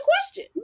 question